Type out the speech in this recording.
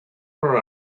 for